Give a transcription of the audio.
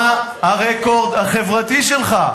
מה הרקורד החברתי שלך?